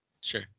Sure